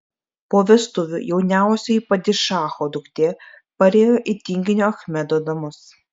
po vestuvių jauniausioji padišacho duktė parėjo į tinginio achmedo namus